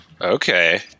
Okay